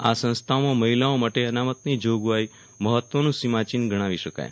આ સંસ્થાઓમાં મહિલાઓ માટે અનામતની જોગવાઈ મહત્વન્ં સિમાચિહ્ન ગણાવી શકાય